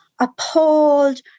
appalled